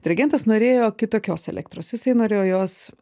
dirigentas norėjo kitokios elektros jisai norėjo jos